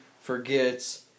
forgets